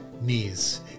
knees